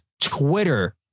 Twitter